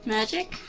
Magic